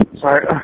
sorry